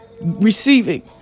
receiving